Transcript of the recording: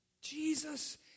Jesus